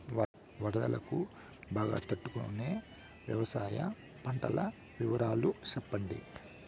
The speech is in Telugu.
వరదలకు బాగా తట్టు కొనే వ్యవసాయ పంటల వివరాలు చెప్పండి?